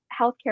healthcare